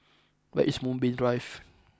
where is Moonbeam Drive